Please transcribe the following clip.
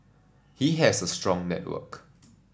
he has a strong network